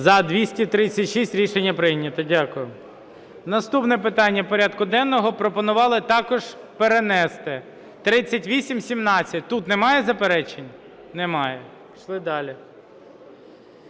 За-236 Рішення прийнято. Дякую. Наступне питання порядку денного пропонували також перенести. 3817. Тут немає заперечень? Немає. Пішли далі.